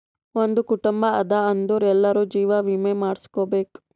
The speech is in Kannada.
ಒಂದ್ ಕುಟುಂಬ ಅದಾ ಅಂದುರ್ ಎಲ್ಲಾರೂ ಜೀವ ವಿಮೆ ಮಾಡುಸ್ಕೊಬೇಕ್